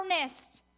earnest